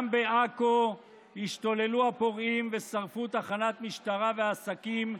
גם בעכו השתוללו הפורעים ושרפו תחנת משטרה ועסקים,